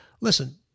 listen